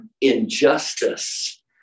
injustice